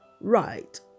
Right